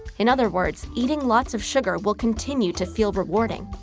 in other words, eating lots of sugar will continue to feel rewarding.